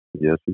Yes